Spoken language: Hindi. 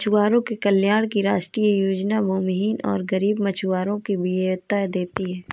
मछुआरों के कल्याण की राष्ट्रीय योजना भूमिहीन और गरीब मछुआरों को वरीयता देती है